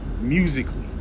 musically